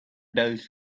does